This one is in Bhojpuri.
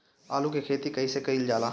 आलू की खेती कइसे कइल जाला?